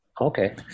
Okay